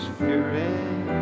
Spirit